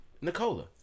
Nicola